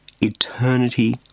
eternity